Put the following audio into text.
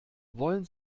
wollen